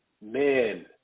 Man